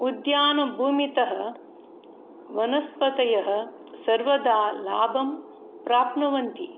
उद्यानभूमितः वनस्पतयः सर्वदा लाभं प्राप्नुवन्ति